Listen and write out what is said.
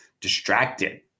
distracted